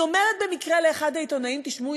אני אומרת במקרה לאחד העיתונאים: תשמעו,